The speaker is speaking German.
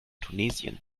tunesien